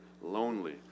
lonely